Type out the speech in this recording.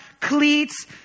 cleats